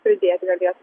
pridėti galėtų